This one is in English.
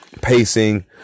pacing